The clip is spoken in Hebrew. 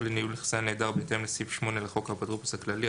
לניהול נכסי הנעדר בהתאם לסעיף 8 לחוק האפוטרופוס הכללי,